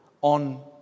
on